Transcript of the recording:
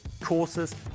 courses